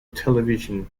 television